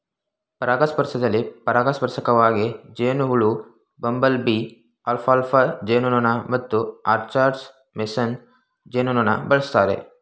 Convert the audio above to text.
ಪರಾಗಸ್ಪರ್ಶದಲ್ಲಿ ಪರಾಗಸ್ಪರ್ಶಕವಾಗಿ ಜೇನುಹುಳು ಬಂಬಲ್ಬೀ ಅಲ್ಫಾಲ್ಫಾ ಜೇನುನೊಣ ಮತ್ತು ಆರ್ಚರ್ಡ್ ಮೇಸನ್ ಜೇನುನೊಣ ಬಳಸ್ತಾರೆ